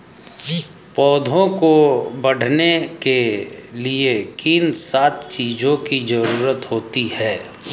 पौधों को बढ़ने के लिए किन सात चीजों की जरूरत होती है?